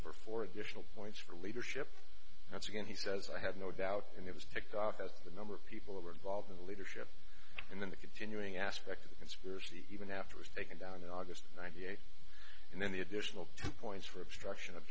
for four additional points for leadership that's again he says i had no doubt and it was picked off as the number of people that were involved in the leadership and then the continuing aspect of the conspiracy even after was taken down in august of ninety eight and then the additional two points for obstruction of